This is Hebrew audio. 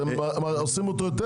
אתם עושים אותו יותר